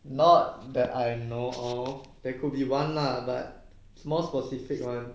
not that I know of there could be one lah but more specific [one]